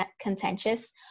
contentious